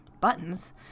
buttons